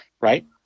right